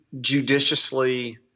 judiciously